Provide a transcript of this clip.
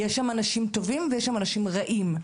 יש שם אנשים טובים, ויש שם אנשים רעים.